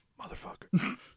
Motherfucker